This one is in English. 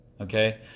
Okay